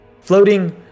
floating